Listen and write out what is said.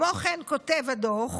כמו כן כותב הדוח,